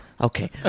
Okay